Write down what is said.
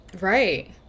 Right